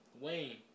Wayne